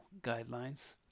guidelines